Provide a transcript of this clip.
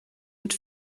mit